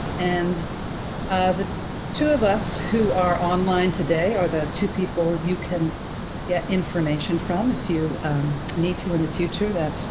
and the two of us who are online today are the two people you can get information from if you need to in the future. that's